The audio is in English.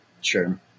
Sure